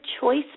choice